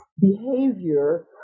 behavior